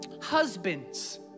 husbands